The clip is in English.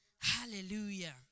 Hallelujah